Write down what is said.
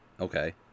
Okay